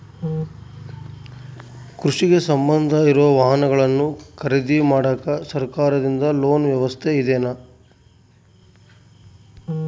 ಕೃಷಿಗೆ ಸಂಬಂಧ ಇರೊ ವಾಹನಗಳನ್ನು ಖರೇದಿ ಮಾಡಾಕ ಸರಕಾರದಿಂದ ಲೋನ್ ವ್ಯವಸ್ಥೆ ಇದೆನಾ?